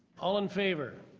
all in favor.